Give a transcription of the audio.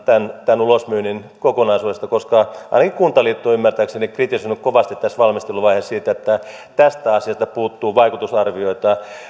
tämän tämän ulosmyynnin kokonaisuudesta tehty vaikuttavuusarvioita koska ainakin kuntaliitto on ymmärtääkseni kritisoinut kovasti tässä valmisteluvaiheessa sitä että tästä asiasta puuttuu vaikutusarvioita